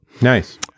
Nice